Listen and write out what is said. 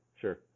sure